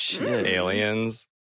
aliens